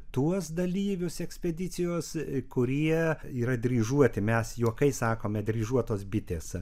tuos dalyvius ekspedicijos kurie yra dryžuoti mes juokais sakome dryžuotos bitės